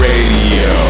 Radio